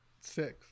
Six